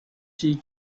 she